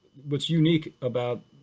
what's unique about